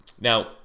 Now